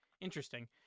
Interesting